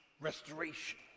restoration